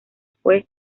fue